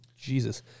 Jesus